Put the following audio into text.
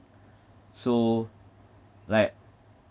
so like